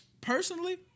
personally